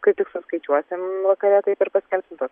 kai tik paskaičiuosim vakare taip ir paskelbsim tuos